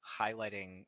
highlighting